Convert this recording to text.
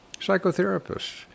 psychotherapists